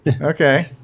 okay